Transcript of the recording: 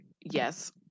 yes